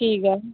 ठीक ऐ